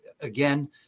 again